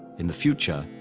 in the future,